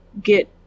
get